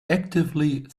actively